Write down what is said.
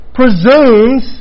presumes